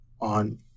on